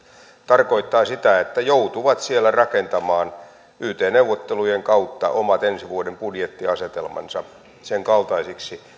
tarkoittaa sitä että joutuvat siellä rakentamaan yt neuvottelujen kautta omat ensi vuoden budjettiasetelmansa sen kaltaiseksi